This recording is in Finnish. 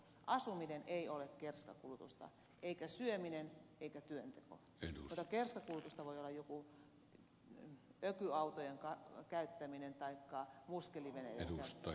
asuminen ei ole kerskakulutusta eikä syöminen eikä työnteko mutta kerskakulutusta voi olla joku ökyautojen käyttäminen taikka muskeliveneiden käyttäminen